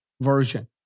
version